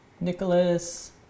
nicholas